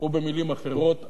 או במלים אחרות,